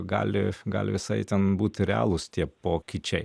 gali gali visai ten būti realūs tie pokyčiai